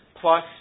plus